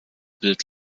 bild